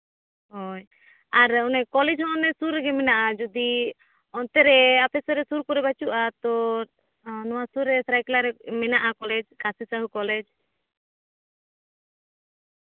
ᱦᱳᱭ ᱟᱨ ᱚᱱᱮ ᱠᱚᱞᱮᱡᱽ ᱦᱚᱸ ᱚᱱᱮ ᱥᱩᱨ ᱨᱮᱜᱮ ᱢᱮᱱᱟᱜᱼᱟ ᱡᱩᱫᱤ ᱚᱱᱛᱮ ᱨᱮ ᱟᱯᱮ ᱥᱮᱫ ᱨᱮ ᱥᱩᱨ ᱠᱚᱨᱮ ᱵᱟ ᱪᱩᱜᱼᱟ ᱛᱚ ᱱᱚᱣᱟ ᱥᱩᱨ ᱨᱮ ᱥᱟᱹᱨᱟᱹᱭᱠᱮᱞᱞᱟ ᱨᱮ ᱢᱮᱱᱟᱜᱼᱟ ᱠᱚᱞᱮᱡᱽ ᱠᱟᱥᱤᱥᱳᱞ ᱠᱚᱞᱮᱡᱽ